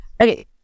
Okay